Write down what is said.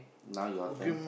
now your turn